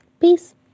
Peace